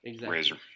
razor